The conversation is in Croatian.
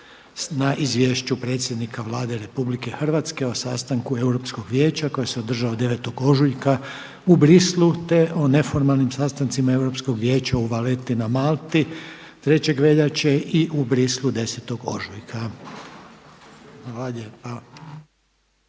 na Izvješću predsjednika Vlade Republike Hrvatske o sastanku Europskog vijeća koji se održao 9. ožujka u Brislu te o neformalnim sastancima Europskog vijeća u Valletti na Malti 3. veljače i u Brislu 10. ožujka.